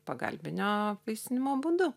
pagalbinio apvaisinimo būdu